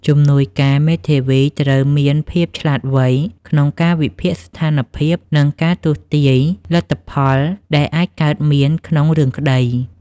ជំនួយការមេធាវីត្រូវមានភាពឆ្លាតវៃក្នុងការវិភាគស្ថានភាព និងការទស្សន៍ទាយលទ្ធផលដែលអាចកើតមានក្នុងរឿងក្តី។